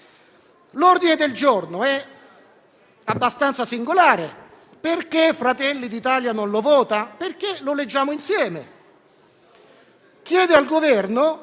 L'ordine del giorno è abbastanza singolare. Perché Fratelli d'Italia non lo vota? Lo leggiamo insieme: